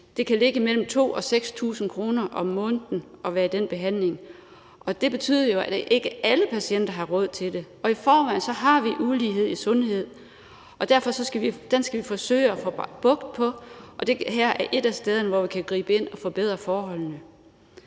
Det kan ligge på mellem 2.000 og 6.000 kr. om måneden at være i den behandling, og det betyder jo, at ikke alle patienter har råd til det. I forvejen har vi ulighed i sundhed, og den skal vi forsøge at få bugt med, og det her er et af stederne, hvor vi kan gribe ind og forbedre forholdene.